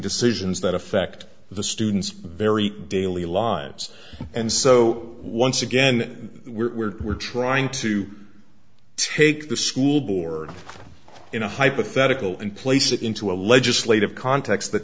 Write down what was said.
decisions that affect the students very daily lives and so once again we're trying to take the school board in a hypothetical and place it into a legislative context that